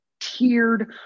tiered